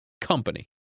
company